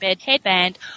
headband